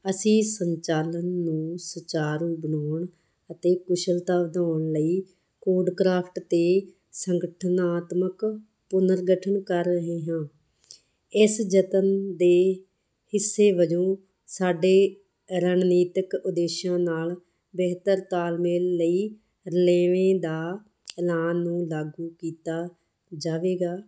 ਅਸੀਂ ਸੰਚਾਲਨ ਨੂੰ ਸੁਚਾਰੂ ਬਣਾਉਣ ਅਤੇ ਕੁਸ਼ਲਤਾ ਵਧਾਉਣ ਲਈ ਕੋਡਕ੍ਰਾਫਟ 'ਤੇ ਸੰਗਠਨਾਤਮਕ ਪੁਨਰਗਠਨ ਕਰ ਰਹੇ ਹਾਂ ਇਸ ਯਤਨ ਦੇ ਹਿੱਸੇ ਵਜੋਂ ਸਾਡੇ ਰਣਨੀਤਕ ਉਦੇਸ਼ਾਂ ਨਾਲ ਬਿਹਤਰ ਤਾਲਮੇਲ ਲਈ ਰਲੇਵੇਂ ਦਾ ਐਲਾਨ ਨੂੰ ਲਾਗੂ ਕੀਤਾ ਜਾਵੇਗਾ